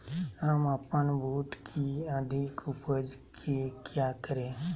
हम अपन बूट की अधिक उपज के क्या करे?